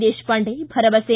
ದೇಶಪಾಂಡೆ ಭರವಸೆ